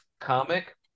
comic